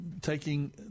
taking